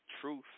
Truth